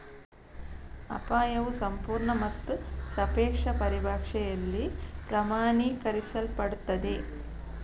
ಅಪಾಯವು ಸಂಪೂರ್ಣ ಮತ್ತು ಸಾಪೇಕ್ಷ ಪರಿಭಾಷೆಯಲ್ಲಿ ಪ್ರಮಾಣೀಕರಿಸಲ್ಪಡುತ್ತದೆ